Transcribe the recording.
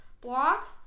block